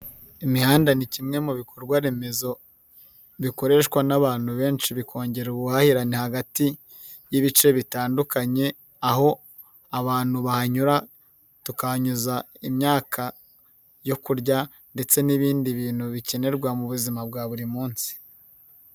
Imihanda ni kimwe mu bikorwaremezo bikoreshwa n'abantu benshi bikongera ubuhahirane hagati y'ibice bitandukanye, aho abantu bahanyura, tukahanyuza imyaka yo kurya ndetse n'ibindi bintu bikenerwa mu buzima bwa buri munsi.